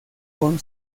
con